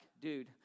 dude